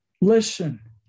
Listen